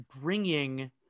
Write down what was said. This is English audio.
bringing